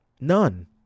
None